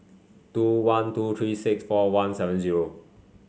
two one two three six four one seven zero